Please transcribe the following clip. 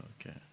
Okay